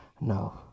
No